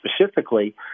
specifically